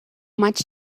much